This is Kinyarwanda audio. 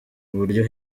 uburyo